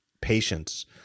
patience